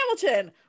Hamilton